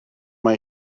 mae